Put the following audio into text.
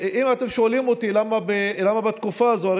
אם אתם שואלים אותי למה בתקופה הזאת,